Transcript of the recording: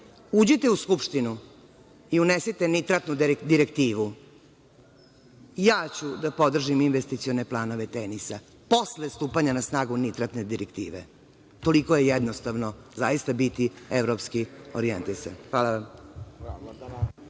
Uđite u Skupštinu i unesite nitratnu direktivu. Ja ću da podržim investicione planove „Tenisa“ posle stupanja na snagu nitratne direktive. Toliko je jednostavno zaista biti evropski orijentisan. Hvala vam.